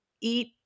eat